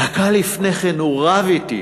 דקה לפני כן הוא רב אתי